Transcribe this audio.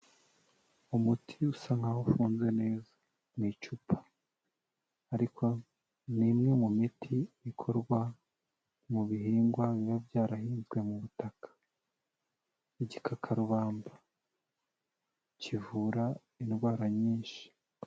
Umuti usa nk'aho ufunze neza mu icupa, ariko ni imwe mu miti ikorwa mu bihingwa biba byarahinzwe mu butaka. Igikakarubanda kivura indwara nyinshi.